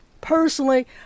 Personally